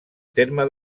terme